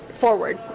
forward